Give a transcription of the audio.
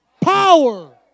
power